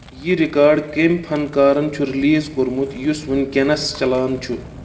یِہ رِکارڈ کٔمۍ فنکارن چُھ رِلیز کُورمُت یُس ونکیٚنس چلان چُھ